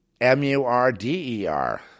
M-U-R-D-E-R